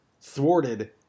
thwarted